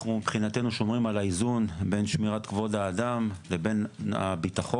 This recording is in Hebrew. מבחינתנו אנחנו שומרים על האיזון בין שמירת כבוד האדם לבין הביטחון,